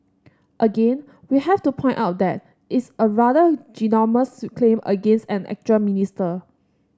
again we have to point out that it's a rather ginormous claim against an actual minister